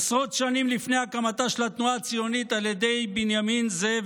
עשרות שנים לפני הקמתה של התנועה הציונית על ידי בנימין זאב